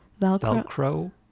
Velcro